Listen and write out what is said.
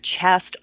chest